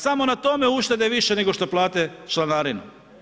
Samo na tome uštede više nego što plate članarinu.